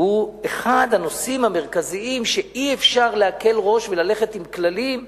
הוא אחד הנושאים המרכזיים שבהם אי-אפשר להקל ראש וללכת עם כללים,